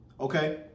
okay